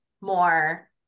more